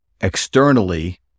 externally